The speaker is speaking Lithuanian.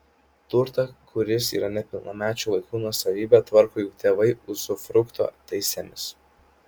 turtą kuris yra nepilnamečių vaikų nuosavybė tvarko jų tėvai uzufrukto teisėmis